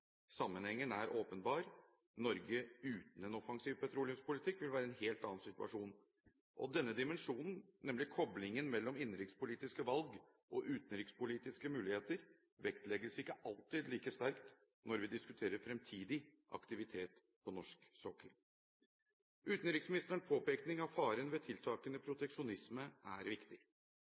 Sammenhengen er åpenbar: Norge uten en offensiv petroleumspolitikk vil være i en helt annen situasjon. Denne dimensjonen, nemlig koblingen mellom innenrikspolitiske valg og utenrikspolitiske muligheter, vektlegges ikke alltid like sterkt når vi diskuterer fremtidig aktivitet på norsk sokkel. Utenriksministeren påpekning av faren ved tiltakende proteksjonisme er viktig.